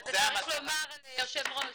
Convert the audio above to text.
אבל צריך לומר ליושב הראש,